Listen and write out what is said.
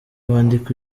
wandika